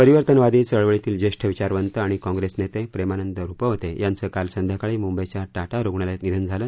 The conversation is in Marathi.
परिवर्तनवादी चळवळीतील ज्येष्ठ विचारवंत आणि काँप्रेस नेते प्रेमानंद रुपवते यांचं काल संध्याकाळी मुंबईच्या टाटा रुग्णालयात निधन झालं